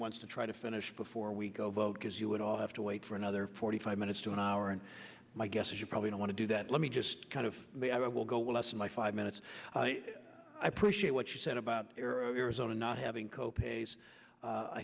wants to try to finish before we go vote because you would all have to wait for another forty five minutes to an hour and my guess is you probably don't want to do that let me just kind of the i will go will lessen my five minutes i appreciate what you said about arizona not having co pays